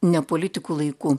ne politikų laiku